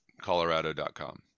Colorado.com